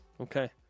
Okay